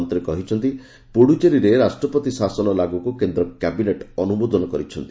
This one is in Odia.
ମନ୍ତ୍ରୀ କହିଛନ୍ତି ପୁଡୁଚେରୀରେ ରାଷ୍ଟ୍ରପତି ଶାସନ ଲାଗୁକୁ କେନ୍ଦ୍ର କ୍ୟାବିନେଟ୍ ଅନୁମୋଦନ କରିଛି